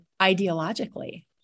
ideologically